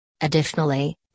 Additionally